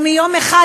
או מיום אחד,